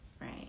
Right